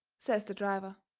says the driver.